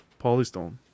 polystone